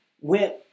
went